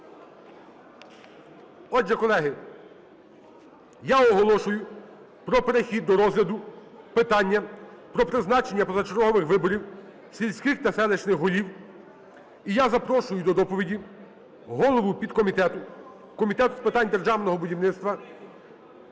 Отже, колеги, я оголошую про перехід до розгляду питання про призначення позачергових виборів сільських та селищних голів. І я запрошую до доповіді голову підкомітету Комітету з питань державного будівництва,